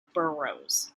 burrows